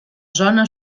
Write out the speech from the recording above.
zona